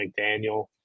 McDaniel